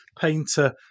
painter